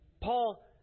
Paul